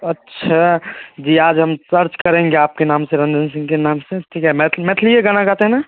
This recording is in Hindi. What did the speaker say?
अच्छा जी आज हम सर्च करेंगे आपके नाम से रंजन सिंघ के नाम से ठीक है मैथली मैथिलीय गाना गाते हैं ना